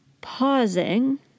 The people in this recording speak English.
pausing